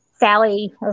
Sally